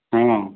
হ্যাঁ